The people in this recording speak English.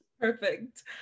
Perfect